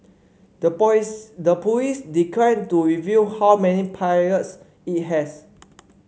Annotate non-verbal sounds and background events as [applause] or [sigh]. the [unintelligible] the police declined to reveal how many pilots it has